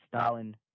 Stalin